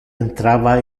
entrava